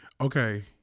okay